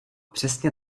přesně